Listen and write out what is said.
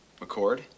McCord